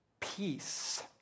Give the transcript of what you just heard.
peace